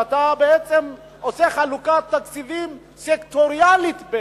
ואתה בעצם עושה חלוקת תקציבים סקטוריאלית.